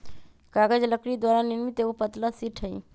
कागज लकड़ी द्वारा निर्मित एक पतला शीट हई